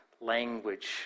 language